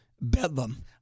bedlam